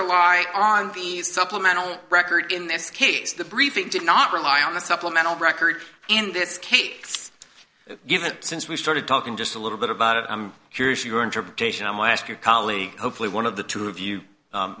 rely on supplemental records in this case the briefing did not rely on the supplemental record in this case given since we started talking just a little bit about it i'm curious your interpretation i will ask your colleague hopefully one of the two of you